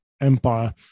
empire